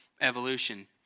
evolution